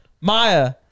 Maya